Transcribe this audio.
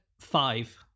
five